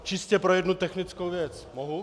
Čistě pro jednu technickou věc, mohu?